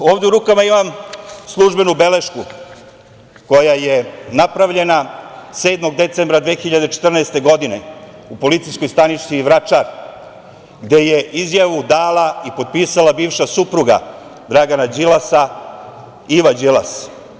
Ovde u rukama imam službenu belešku koja je napravljena 7. decembra 2014. godine u Policijskoj stanici Vračar, gde je izjavu dala i potpisala bivša supruga Dragana Đilasa, Iva Đilas.